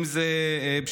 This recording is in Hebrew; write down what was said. אם זה בשארה,